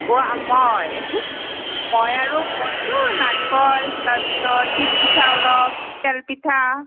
অ মই মই আৰু বনাইছোঁ নাৰিকল তাৰপিছত তিল পিঠা অলপ তেল পিঠা